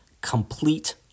complete